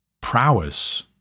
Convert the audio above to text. prowess